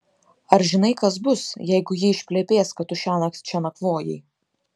ar žinai kas bus jeigu ji išplepės kad tu šiąnakt čia nakvojai